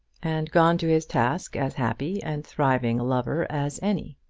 and gone to his task as happy and thriving a lover as any.